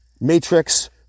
matrix